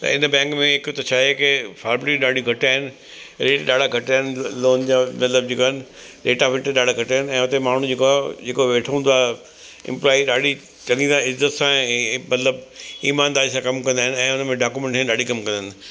त इन बैंक में हिकु त छा आहे की फोर्मेलिटियूं ॾाढियूं घटि आहिनि रेट ॾाढा घटि आहिनि लोन जा मतिलबु जेका आहिनि रेट ऑफ इंटरेस्ट ॾाढा घटि आहिनि ऐं हुते माण्हू जेको आहे जेको वेठो हूंदो आहे इंप्लोई ॾाढी चङी तरह इज़त सां ऐं मतिलबु ईमानदारी सां कमु कंदा आहिनि ऐं उन में डाकूमैंटेशन ॾाढी कम अथनि